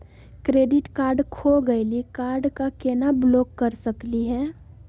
Credit card खो गैली, card क केना ब्लॉक कर सकली हे?